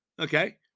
okay